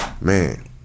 man